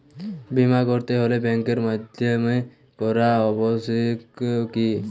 বিমা করাতে হলে ব্যাঙ্কের মাধ্যমে করা আবশ্যিক কি?